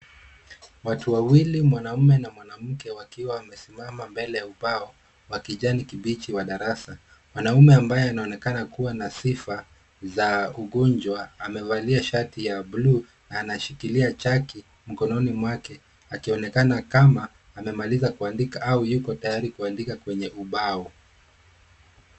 Watu wawili mwanaume na mwanamke wakiwa wamesimama mbele ya ubao wa kijani kibichi wa darasa. Mwanaume ambaye anaonekana kuwa na sifa za ugonjwa amevalia shati ya bluu anashikilia chaki mkononi mwake akionekana kama amemaliza kuandika au yuko tayari kuandika kwenye ubao.